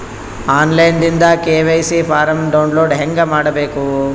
On line ದಿಂದ KYC form download ಹೇಂಗ ಮಾಡಬೇಕು?